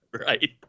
Right